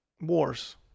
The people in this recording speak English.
wars